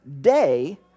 Day